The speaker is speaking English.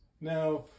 Now